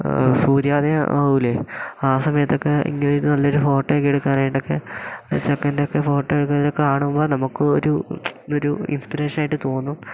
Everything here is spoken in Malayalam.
സൂര്യോദയം ആവൂലേ ആ സമയത്തൊക്കെ ഇങ്ങനെ ഒരു നല്ലൊരു ഫോട്ടോയൊക്കെ എടുക്കാനായിട്ടൊക്കെ ചെക്കൻ്റെ ഒക്കെ ഫോട്ടോ എടുക്കുന്നതൊക്കെ കാണുമ്പോൾ നമുക്ക് ഒരു ഒരു ഇൻസ്പിറേഷൻ ആയിട്ട് തോന്നും